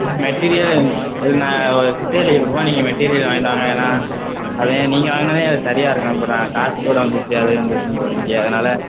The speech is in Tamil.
ம் மெட்டீரியலு இல்லை நான் ஒரு சிட்டை எழுதி கொடுப்பேன் நீங்கள் மெட்டீரியல் வாங்கிட்டு வாங்க ஏன்னா அதான் நீங்கள் வாங்கினா தான் அது சரியாக இருக்கும் அப்புறம் நான் காசு கூட வந்துடுச்சு அதுவும் இதுவும் சொல்வீங்க அதனால்